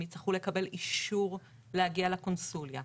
הם יצטרכו לקבל אישור להגיע לקונסוליה.